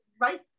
right